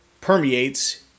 permeates